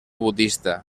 budista